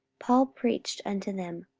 paul preached unto them,